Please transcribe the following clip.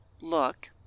Look